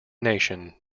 nation